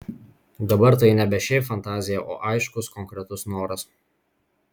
dabar tai nebe šiaip fantazija o aiškus konkretus noras